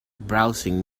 browsing